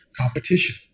competition